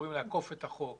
אמורים לאכוף את החוק